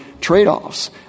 trade-offs